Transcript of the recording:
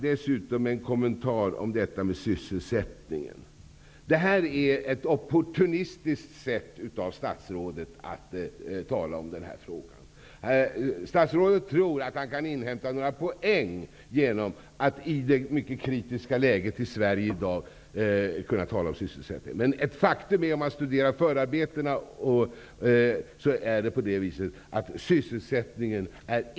Det är opportuniskt av statsrådet, tycker jag, att tala om sysselsättningen. Statsrådet tror att han kan inhämta några poäng genom att i dagens mycket kritiska läge i Sverige tala om sysselsättningen. Men faktum är att om man studerar förarbeten finner man att motivet inte är sysselsättningen.